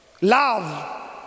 Love